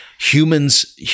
humans